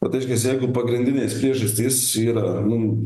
vat reiškias jeigu pagrindinės priežastys yra nu